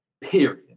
period